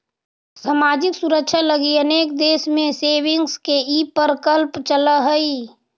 सामाजिक सुरक्षा लगी अनेक देश में सेविंग्स के ई प्रकल्प चलऽ हई